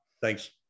Thanks